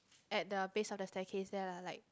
at the base of the staircase there lah like